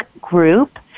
group